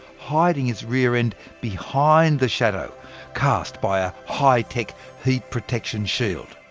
hiding its rear end behind the shadow cast by a high-tech heat protection shield.